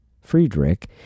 Friedrich